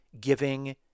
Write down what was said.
giving